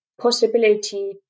possibility